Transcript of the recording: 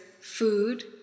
food